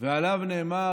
ועליו נאמר,